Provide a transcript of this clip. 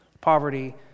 Poverty